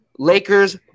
Lakers